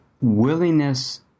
willingness